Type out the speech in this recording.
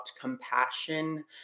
compassion